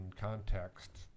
context